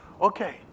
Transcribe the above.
Okay